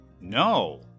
No